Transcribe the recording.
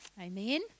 Amen